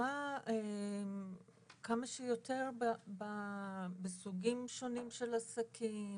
כמה שיותר בסוגים שונים של עסקים,